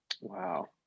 Wow